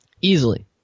Easily